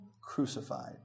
Crucified